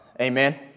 Amen